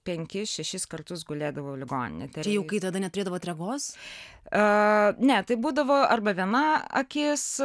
penkis šešis kartus gulėdavau ligoninėj čia jau kaip tada neturėdavot regos ne tai būdavo arba viena akis